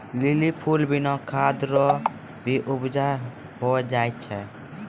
lily फूल बिना खाद रो भी उपजा होय जाय छै